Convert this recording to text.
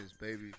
baby